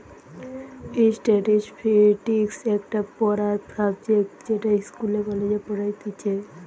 statistics একটা পড়ার subject যেটা ইস্কুলে, কলেজে পড়াইতিছে